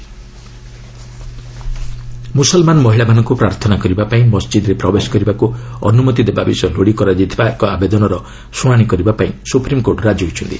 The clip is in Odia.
ଏସ୍ସି ମସ୍କ୍ ମୁସଲମାନ ମହିଳାମାନଙ୍କୁ ପ୍ରାର୍ଥନା କରିବା ପାଇଁ ମସ୍କିଦ୍ରେ ପ୍ରବେଶ କରିବାକୁ ଅନୁମତି ଦେବା ବିଷୟ ଲୋଡ଼ି କରାଯାଇଥିବା ଏକ ଆବେଦନର ଶୁଣାଣି କରିବାକୁ ସୁପ୍ରିମକୋର୍ଟ ରାଜି ହୋଇଛନ୍ତି